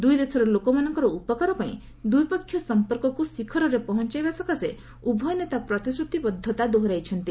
ଦୁଇ ଦେଶର ଲୋକମାନଙ୍କର ଉପକାର ପାଇଁ ଦ୍ୱିପକ୍ଷିୟ ସମ୍ପର୍କକୁ ଶିଖରରେ ପହଞ୍ଚାଇବା ସକାଶେ ଉଭୟ ନେତା ପ୍ରତିଶ୍ରତିବଦ୍ଧତା ଦୋହରାଇଛନ୍ତି